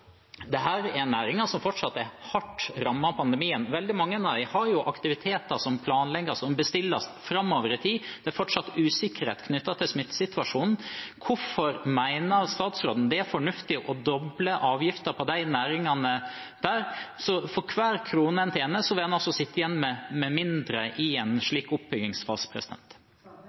er næringer som fortsatt er hardt rammet av pandemien. Veldig mange av dem tilbyr aktiviteter som planlegges og bestilles framover i tid, og det er fortsatt usikkerhet knyttet til smittesituasjonen. Hvorfor mener statsråden det er fornuftig å doble avgiften for de næringene? For hver krone en tjener, vil en altså sitte igjen med mindre i en slik oppbyggingsfase.